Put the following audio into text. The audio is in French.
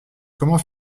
comment